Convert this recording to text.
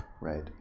Right